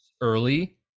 early